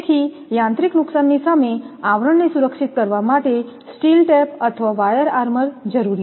તેથી યાંત્રિક નુકસાનની સામે આવરણને સુરક્ષિત કરવા માટે સ્ટીલ ટેપ અથવા વાયર આર્મર જરૂરી છે